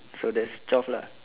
so that's twelve lah